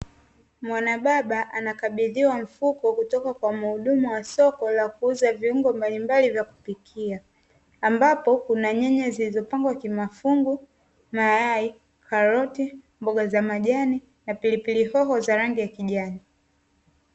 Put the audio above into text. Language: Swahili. Mwanababa anakabidhiwa mfuko kutoka kwa muhudumu wa soko la kuuza viungo mbali mbali vya kupikia, ambapo kuna nyanya zilizopangwa kimafungu, mayai, karoti, mboga za majani, na pilipili hoho za rangi ya kijani.